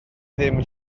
ddim